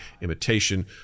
Imitation